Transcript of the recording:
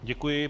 Děkuji.